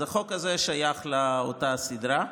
אז החוק הזה שייך לאותה סדרה.